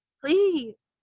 please.